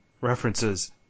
references